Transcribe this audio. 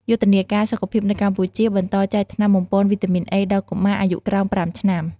យុទ្ធនាការសុខភាពនៅកម្ពុជា បន្តចែកថ្នាំបំប៉នវីតាមីន A ដល់កុមារអាយុក្រោម ៥ឆ្នាំ។